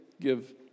give